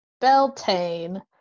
Beltane